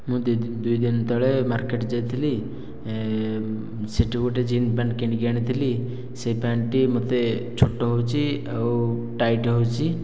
ମୁଁ ଦୁଇ ଦିନ ତଳେ ମାର୍କେଟ୍ ଯାଇଥିଲି ସେ'ଠି ଗୋଟିଏ ଜିନ୍ ପ୍ୟାଣ୍ଟ କିଣିକି ଆଣିଥିଲି ସେ ପ୍ୟାଣ୍ଟଟି ମୋତେ ଛୋଟ ହେଉଛି ଆଉ ଟାଇଟ୍ ହେଉଛି